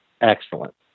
excellent